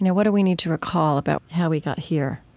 what do we need to recall about how we got here?